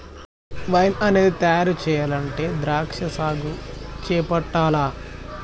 wine అనేది తయారు చెయ్యాలంటే ద్రాక్షా సాగు చేపట్టాల్ల